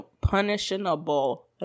punishable